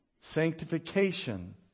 Sanctification